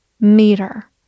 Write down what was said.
meter